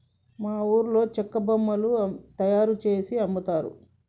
మా ఊర్లో చెక్క బొమ్మలు తయారుజేసి అమ్ముతారు